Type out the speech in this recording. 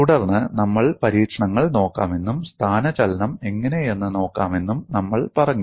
തുടർന്ന് നമ്മൾ പരീക്ഷണങ്ങൾ നോക്കാമെന്നും സ്ഥാനചലനം എങ്ങനെയെന്ന് നോക്കാമെന്നും നമ്മൾ പറഞ്ഞു